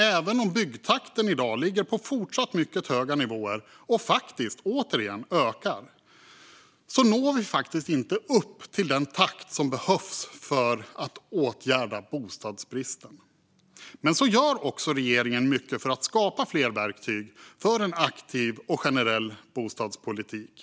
Även om byggtakten i dag ligger på fortsatt mycket höga nivåer och faktiskt återigen ökar når vi inte upp till den takt som behövs för att åtgärda bostadsbristen. Regeringen gör dock mycket för att skapa fler verktyg för en aktiv och generell bostadspolitik.